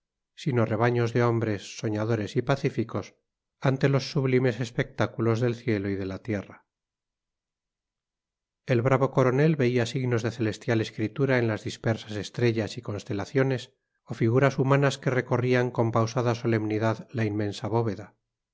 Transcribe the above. sino rebaños de hombres soñadores y pacíficos ante los sublimes espectáculos del cielo y de la tierra el bravo coronel veía signos de celestial escritura en las dispersas estrellas y constelaciones o figuras humanas que recorrían con pausada solemnidad la inmensa bóveda